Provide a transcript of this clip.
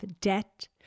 debt